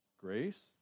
grace